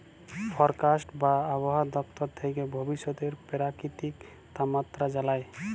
forecast বা আবহাওয়া দপ্তর থ্যাকে ভবিষ্যতের পেরাকিতিক তাপমাত্রা জালায়